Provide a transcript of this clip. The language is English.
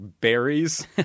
berries